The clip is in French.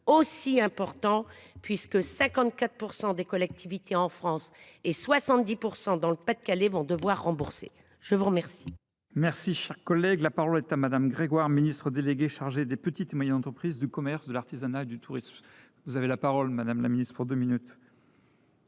aussi important, puisque 54 % des collectivités en France et 70 % dans le Pas de Calais vont devoir rembourser ? La parole